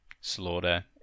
Slaughter